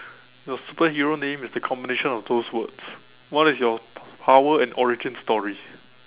your superhero name is the combination of those words what is your power and origin story